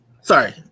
Sorry